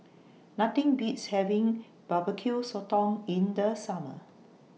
Nothing Beats having Barbecue Sotong in The Summer